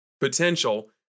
potential